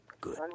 Good